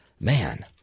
man